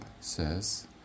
says